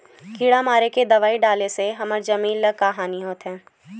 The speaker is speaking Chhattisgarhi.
किड़ा मारे के दवाई डाले से हमर जमीन ल का हानि होथे?